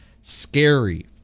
scary